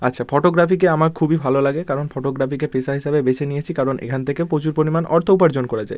আচ্ছা ফটোগ্রাফিকে আমার খুবই ভালো লাগে কারণ ফটোগ্রাফিকে পেশা হিসেবে বেছে নিয়েছি কারণ এখান থেকে প্রচুর পরিমাণ অর্থ উপার্জন করা যায়